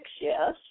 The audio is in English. Yes